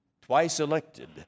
twice-elected